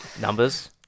Numbers